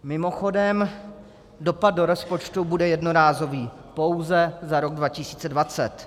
Mimochodem, dopad do rozpočtu bude jednorázový pouze za rok 2020.